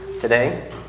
Today